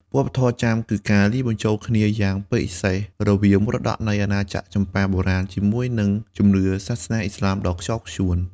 វប្បធម៌ចាមគឺជាការលាយបញ្ចូលគ្នាយ៉ាងពិសេសរវាងមរតកនៃអាណាចក្រចម្ប៉ាបុរាណ ជាមួយនឹងជំនឿសាសនាឥស្លាមដ៏ខ្ជាប់ខ្ជួន។